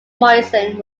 morrison